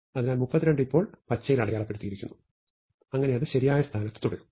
അതിനാൽ 32 ഇപ്പോൾ പച്ചയിൽ അടയാളപ്പെടുത്തിയിരിക്കുന്നു അങ്ങനെ അത് ശരിയായ സ്ഥാനത്ത് തുടരും